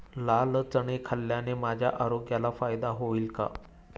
लाल चणे खाल्ल्याने माझ्या आरोग्याला फायदा होईल का?